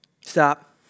Stop